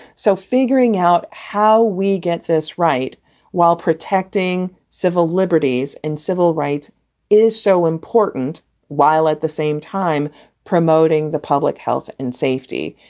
so figuring out how we get this right while protecting civil liberties and civil rights is so important while at the same time promoting the public health and safety.